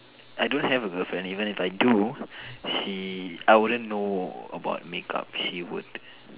I don't have a girlfriend even if I do she I wouldn't know about make up she would